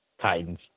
Titans